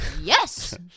Yes